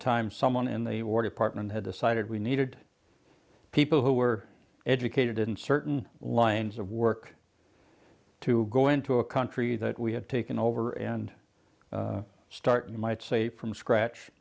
time someone in the or department had decided we needed people who were educated in certain lines of work to go into a country that we had taken over and start you might say from scratch